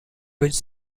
which